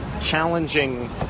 challenging